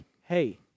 hey